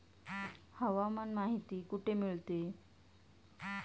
हवामान माहिती कुठे मिळते?